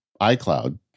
iCloud